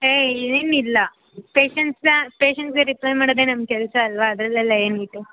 ಹೇ ಏನಿಲ್ಲ ಪೇಶಂಟ್ಸ್ನ ಪೇಶಂಟ್ಸಿಗೆ ರಿಪ್ಲೇ ಮಾಡೋದೆ ನಮ್ಮ ಕೆಲಸ ಅಲ್ಲವಾ ಅದರಲ್ಲೆಲ್ಲ ಏನು ಇದು